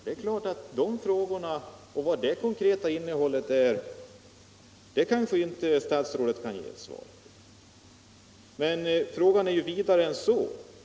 Jag förstår att statsrådet inte kan ge några konkreta svar i dessa avseenden, men frågan är ju vidare än så.